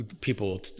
people